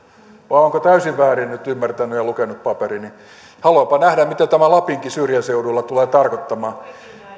vai olenko nyt täysin väärin ymmärtänyt ja lukenut paperini haluanpa nähdä mitä tämä lapinkin syrjäseuduilla tulee tarkoittamaan